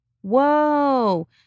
Whoa